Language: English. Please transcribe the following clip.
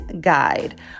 guide